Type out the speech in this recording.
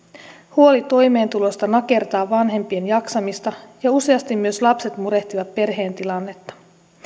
huoli toimeentulosta nakertaa vanhempien jaksamista ja useasti myös lapset murehtivat perheen tilannetta